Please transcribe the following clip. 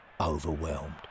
overwhelmed